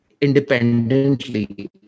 independently